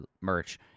merch